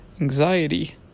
Anxiety